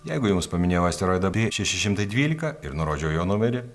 jeigu jums paminėjau asteroidą šeši šimtai dvylika ir nurodžiau jo numerį